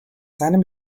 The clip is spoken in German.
seinem